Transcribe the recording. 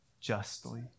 justly